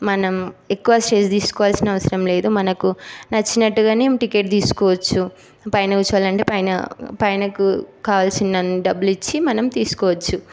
మనం ఎక్కువ స్ట్రెస్ తీసుకోవలసిన అవసరం లేదు మనకు నచ్చినట్టుగానే టికెట్ తీసుకోవచ్చు పైన కూర్చోవాలంటే పైన కూ పైన కావలసినన్ని డబ్బులు ఇచ్చి మనం తీసుకోవచ్చు